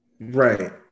Right